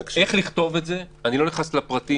איך לכתוב את זה, אני לא נכנס לפרטים.